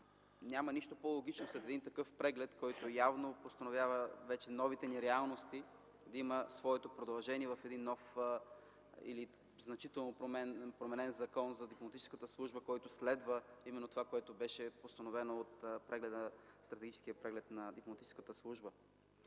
няма нищо по-логично след един такъв преглед, който явно вече установява новите ни реалности, той да има своето предложение в един нов или значително променен Закон за дипломатическата служба, следващ именно това, което беше постановено от стратегическия преглед на дипломатическата служба.